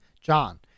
John